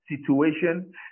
situation